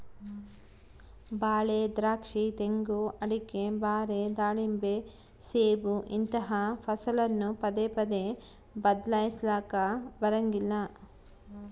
ಬಾಳೆ, ದ್ರಾಕ್ಷಿ, ತೆಂಗು, ಅಡಿಕೆ, ಬಾರೆ, ದಾಳಿಂಬೆ, ಸೇಬು ಇಂತಹ ಫಸಲನ್ನು ಪದೇ ಪದೇ ಬದ್ಲಾಯಿಸಲಾಕ ಬರಂಗಿಲ್ಲ